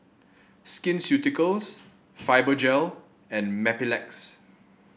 Skin Ceuticals Fibogel and Mepilex